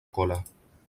cola